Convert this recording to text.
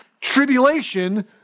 tribulation